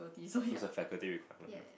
so it's a faculty requirement lah